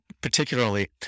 particularly